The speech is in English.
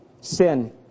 sin